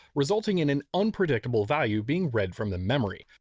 resulting in an unpredictable value being read from the memory.